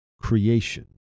creation